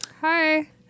Hi